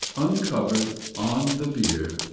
uncover'd, on the bier,